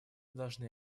должны